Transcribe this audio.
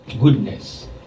Goodness